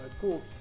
cool